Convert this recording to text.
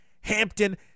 Hampton